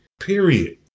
Period